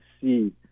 see